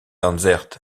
dansaert